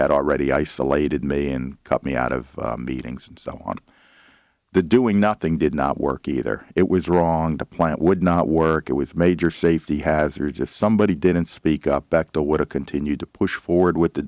had already isolated me and cut me out of beatings and so on the doing nothing did not work either it was wrong the plant would not work it was major safety hazards if somebody didn't speak up back to what a continued to push forward with the